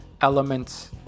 elements